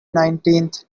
nineteenth